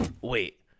Wait